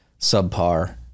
subpar